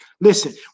Listen